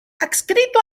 adscrito